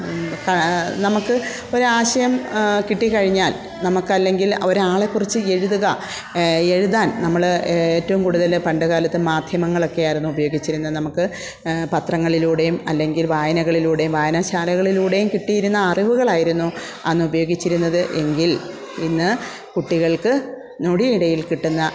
ക നമുക്ക് ഒരു ആശയം കിട്ടി കഴിഞ്ഞാൽ നമുക്ക് അല്ലെങ്കിൽ ഒരാളെ കുറിച്ച് എഴുതുക എഴുതാൻ നമ്മൾ ഏറ്റവും കൂടുതൽ പണ്ട് കാലത്ത് മാധ്യമങ്ങളൊക്കെയായിരുന്നു ഉപയോഗിച്ചിരുന്നത് നമുക്ക് പത്രങ്ങളിലൂടെയും അല്ലെങ്കിൽ വായനകളിലൂടെയും വായനശാലകളിലൂടെയും കിട്ടിയിരുന്ന അറിവുകളായിരുന്നു അന്ന് ഉപയോഗിച്ചിരുന്നത് എങ്കിൽ ഇന്ന് കുട്ടികൾക്ക് ഞൊടിയിടയിൽ കിട്ടുന്ന